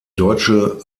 deutsche